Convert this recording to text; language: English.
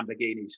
Lamborghinis